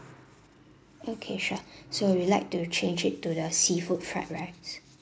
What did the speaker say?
okay sure so you'd like to change it to the seafood fried rice